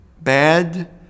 bad